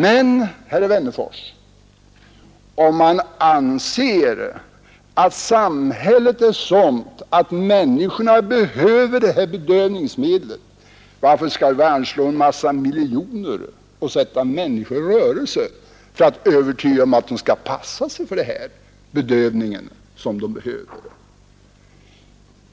Men, herr Wennerfors, om man anser att samhället är sådant att människorna behöver ta bedövningsmedel, varför skall vi då anslå en massa miljoner och sätta människor i rörelse för att övertyga dem om att de skall passa sig för den här bedövningen? Det kan